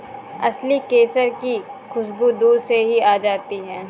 असली केसर की खुशबू दूर से ही आ जाती है